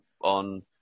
on